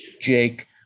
Jake